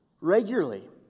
regularly